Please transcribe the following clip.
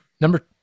Number